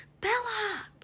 Bella